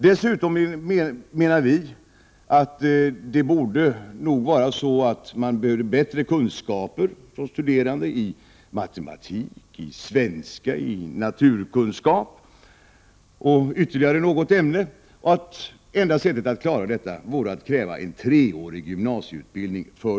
Dessutom menar vi att de studerande borde ha bättre kunskaper i matematik, i svenska och i naturkunskap liksom i ytterligare något ämne. Det enda sättet att klara detta vore att erbjuda de studerande en treårig gymnasieutbildning.